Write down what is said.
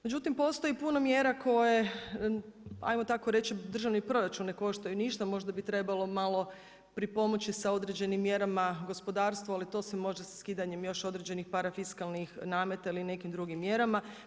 Međutim, postoji puno mjera koje ajmo tako reći, državni proračun ne koštaju ništa, možda bi trebalo malo pripomoći sa određenim mjerama gospodarstvu, ali to se može sa skidanjem još određenih parafiskalnih nameta ili nekim drugim mjerama.